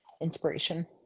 inspiration